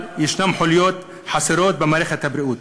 יש חוליות חסרות במערכת הבריאות.